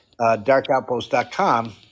darkoutpost.com